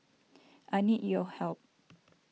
I need your help